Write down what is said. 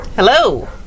Hello